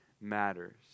matters